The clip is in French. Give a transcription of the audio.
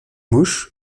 mouche